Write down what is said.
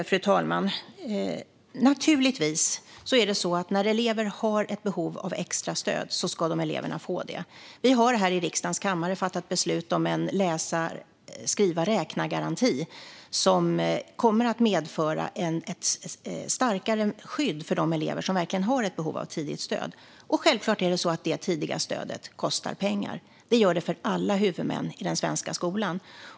Fru talman! Naturligtvis är det så att när elever har ett behov av extra stöd ska de eleverna få det. Vi har här i riksdagens kammare fattat beslut om en läsa-skriva-räkna-garanti som kommer att medföra ett starkare skydd för de elever som verkligen har ett behov av tidigt stöd. Självklart är det också så att det tidiga stödet kostar pengar. Det gör det för alla huvudmän i den svenska skolan.